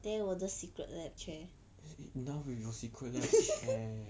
there 我的 Secret Lab chair